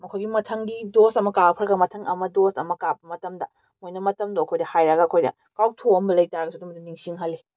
ꯃꯈꯣꯏꯒꯤ ꯃꯊꯪꯒꯤ ꯗꯣꯁ ꯑꯃ ꯀꯥꯞꯈ꯭ꯔꯒ ꯃꯊꯪ ꯑꯃ ꯗꯣꯁ ꯑꯃ ꯀꯥꯞꯄ ꯃꯇꯝꯗ ꯃꯣꯏꯅ ꯃꯇꯝꯗꯣ ꯑꯩꯈꯣꯏꯗ ꯍꯥꯏꯔꯛꯑꯒ ꯑꯩꯈꯣꯏꯅ ꯀꯥꯎꯊꯣꯛꯑꯝꯕ ꯂꯩ ꯇꯥꯔꯒꯁꯨ ꯑꯗꯨꯝꯕꯗꯣ ꯅꯤꯡꯁꯤꯡꯍꯜꯂꯤ